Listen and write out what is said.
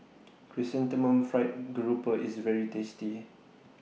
Chrysanthemum Fried Garoupa IS very tasty